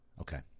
Okay